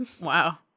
Wow